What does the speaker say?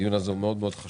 הדיון הזה הוא מאוד חשוב.